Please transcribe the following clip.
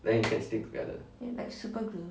like super group